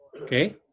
okay